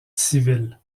civil